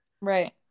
Right